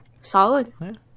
solid